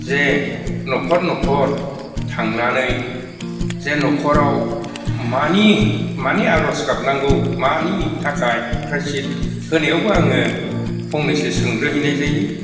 जे न'खर न'खर थांनानै जे न'खराव मानि मानि आर'ज गाबनांगौ मानि थाखाय प्रायसित होनायावबो आङो फंनैसो सोंग्रो हैनाय जायो